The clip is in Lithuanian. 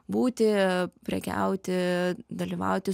būti prekiauti dalyvauti